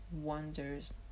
wonders